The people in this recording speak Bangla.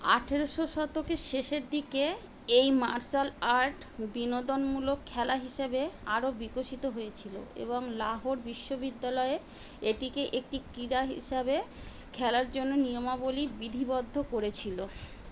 আঠেরোশো শতকের শেষের দিকে এই মার্শাল আর্ট বিনোদনমূলক খেলা হিসেবে আরও বিকশিত হয়েছিল এবং লাহোর বিশ্ববিদ্যালয়ে এটিকে একটি ক্রীড়া হিসাবে খেলার জন্য নিয়মাবলী বিধিবদ্ধ করেছিল